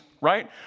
right